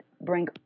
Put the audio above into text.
bring